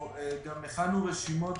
גם הכנו רשימות